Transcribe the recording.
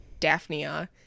Daphnia